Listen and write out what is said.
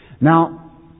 Now